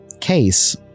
case